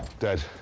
dead.